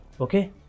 okay